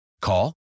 Call